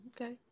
okay